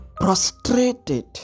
prostrated